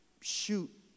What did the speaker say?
shoot